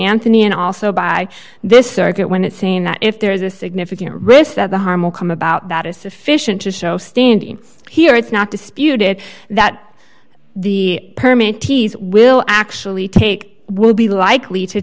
anthony and also by this circuit when it saying that if there is a significant risk that the harm will come about that is sufficient to show standing here it's not disputed that the permanent tease will actually take would be likely to